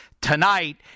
tonight